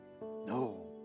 No